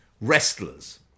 wrestlers